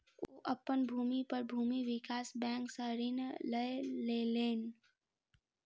ओ अपन भूमि पर भूमि विकास बैंक सॅ ऋण लय लेलैन